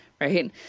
right